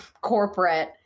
corporate